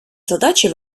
задачі